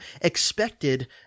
expected